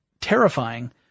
terrifying